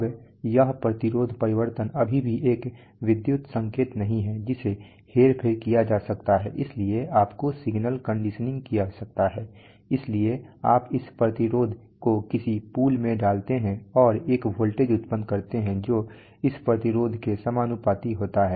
अब यह प्रतिरोध परिवर्तन अभी भी एक विद्युत संकेत नहीं है जिसे हेरफेर किया जा सकता है इसलिए आपको सिग्नल कंडीशनिंग की आवश्यकता है इसलिए आप इस प्रतिरोध को किसी पुल में डालते हैं और एक वोल्टेज उत्पन्न करते हैं जो इस प्रतिरोध के समानुपाती होता है